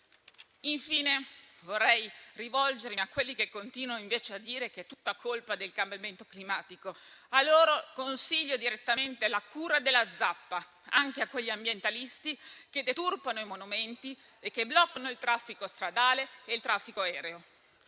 Infine, rivolgendomi a quanti continuano a dire che è tutta colpa del cambiamento climatico, consiglio loro direttamente la cura della zappa, anche a quegli ambientalisti che deturpano i monumenti e bloccano il traffico stradale e aereo.